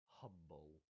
humble